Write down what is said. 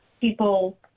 people